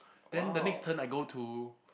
then the next turn I go to